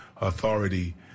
Authority